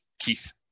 Keith